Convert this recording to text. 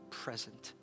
present